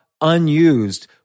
unused